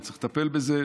וצריך לטפל בזה,